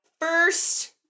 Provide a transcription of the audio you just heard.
first